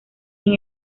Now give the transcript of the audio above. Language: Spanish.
sin